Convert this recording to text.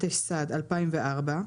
התשס"ד 2004,